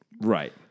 Right